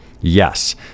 yes